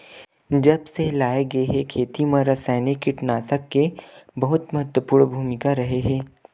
जब से लाए गए हे, खेती मा रासायनिक कीटनाशक के बहुत महत्वपूर्ण भूमिका रहे हे